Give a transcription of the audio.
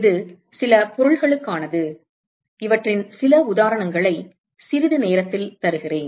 இது சில பொருள்களுக்கானது இவற்றின் சில உதாரணங்களை சிறிது நேரத்தில் தருகிறேன்